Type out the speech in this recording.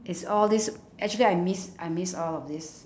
it's all these actually I miss I miss all of these